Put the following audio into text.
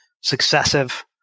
successive